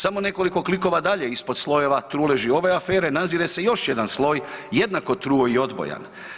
Samo nekoliko klikova dalje ispod slojeva truleži ove afere nazire se još jedan sloj jednako truo i odbojan.